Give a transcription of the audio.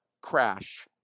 crash